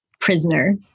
prisoner